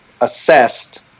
assessed